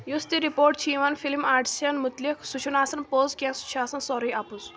یُس تہِ رِپوٹ چھُ یِوان فِلم آٹسن مُتعلِق سُہ چھُ نہٕ آسان پوٚز کیٚنہہ سُہ چھُ آسان سورُے اَپُز